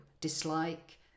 dislike